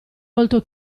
volto